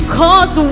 cause